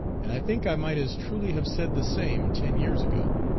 and i think i might as truly have said the same ten years ago.